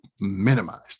minimized